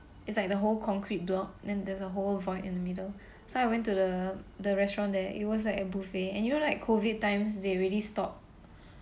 it's like the whole concrete block then there's a whole void in the middle so I went to the the restaurant there it was like a buffet and you know like COVID times they already stop